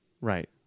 Right